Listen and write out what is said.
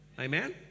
amen